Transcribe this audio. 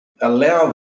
allow